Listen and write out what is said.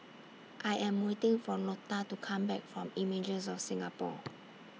I Am waiting For Lota to Come Back from Images of Singapore